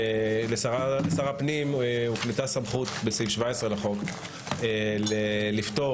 לשר הפנים הוקנתה סמכות בסעיף 17 לחוק לפטור